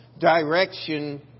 direction